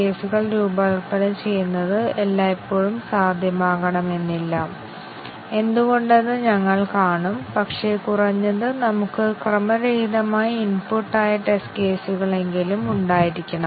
multiple condition coverage ഞങ്ങൾ കണ്ടു സാധ്യമായ എല്ലാ കോമ്പിനേഷൻ സബ് ട്രൂത്ത് മൂല്യങ്ങളും ബേസിക് വ്യവസ്ഥകളാൽ അനുമാനിക്കണം